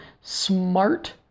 Smart